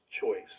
choice